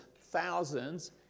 thousands